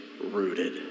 rooted